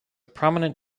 prominent